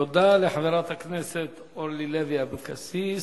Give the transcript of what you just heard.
תודה לחברת הכנסת אורלי לוי אבקסיס.